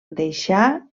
deixà